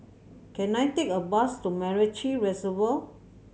can I take a bus to MacRitchie Reservoir